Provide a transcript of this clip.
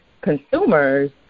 consumers